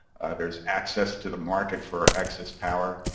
there is access to the market for access power.